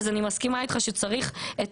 אני מסכימה איתך שצריך את